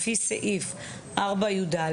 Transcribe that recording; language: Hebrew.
לפי סעיף 4יא,